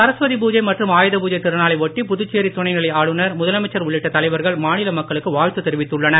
சரஸ்வதி பூஜை மற்றும் ஆயுத பூஜை திருநாளை ஒட்டி புதுச்சேரி துணைநிலை ஆளுநர் முதலமைச்சர் உள்ளிட்ட தலைவர்கள் மாநில மக்களுக்கு வாழ்த்து தெரிவித்துள்ளனர்